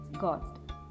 God